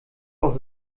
auch